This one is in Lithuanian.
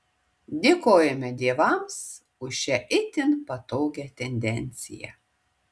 dėkojame dievams už šią itin patogią tendenciją